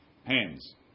Hands